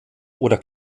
oder